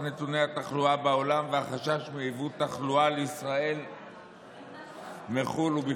על מליאת הכנסת לדון בתקנות ולאשרן או לא